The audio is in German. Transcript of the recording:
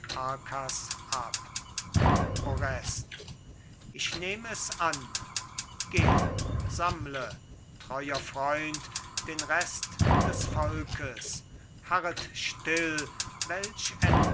ab orest ich nehm es an geh sammle treuer freund den rest des volkes harret still welch